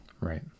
Right